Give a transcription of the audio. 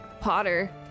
Potter